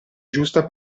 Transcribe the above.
giusta